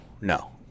No